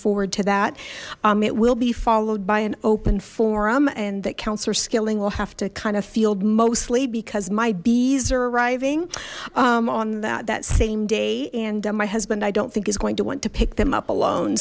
forward to that it will be followed by an open forum and that counselor skilling will have to kind of field mostly because my bees are arriving on that same day and my husband i don't think is going to want to pick them up alone